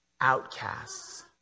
outcasts